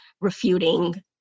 refuting